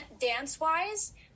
dance-wise